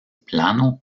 plano